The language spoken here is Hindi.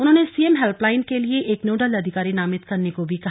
उन्होंने सीएम हेल्पलाइन के लिए एक नोडल अधिकारी नामित करने को भी कहा